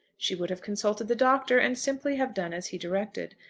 she would have consulted the doctor, and simply have done as he directed.